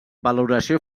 valoració